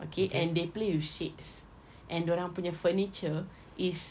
okay and they play with shades and dorang punya furniture is